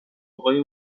آقای